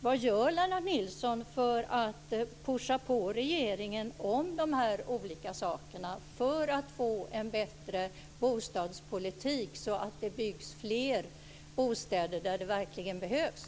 Vad gör Lennart Nilsson för att pusha på regeringen om de här olika sakerna och för att få en bättre bostadspolitik så att det byggs fler bostäder där det verkligen behövs?